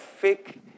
fake